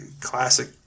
classic